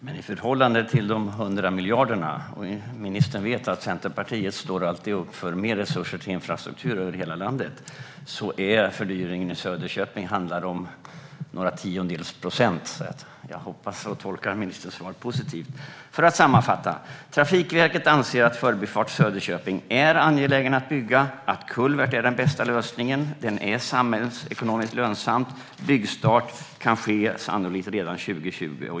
Herr talman! Men i förhållande till de 100 miljarderna - och ministern vet att Centerpartiet alltid står upp för mer resurser till infrastruktur över hela landet - handlar fördyringen i Söderköping om några tiondels procent, så jag tolkar ministerns svar positivt. För att sammanfatta: Trafikverket anser att Förbifart Söderköping är angelägen att bygga, att kulvert är den bästa lösningen, att det är samhällsekonomiskt lönsamt och att byggstart sannolikt kan ske redan 2020.